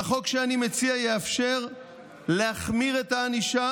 החוק שאני מציע יאפשר להחמיר את הענישה